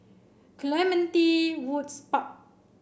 Clementi Woods Park